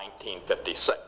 1956